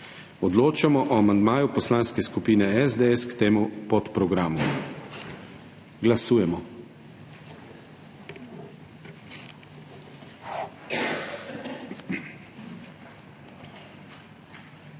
Odločamo o amandmaju Poslanske skupine SDS k temu podprogramu. Glasujemo.